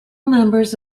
members